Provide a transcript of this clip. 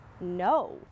no